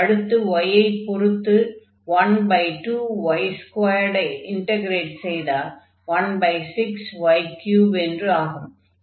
அடுத்து y ஐ பொருத்து 12y2 ஐ இன்டக்ரேட் செய்தால் 16y3 என்று ஆகும்